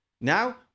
Now